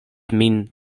min